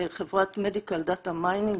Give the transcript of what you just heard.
חברת Medical Data Mining,